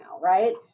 right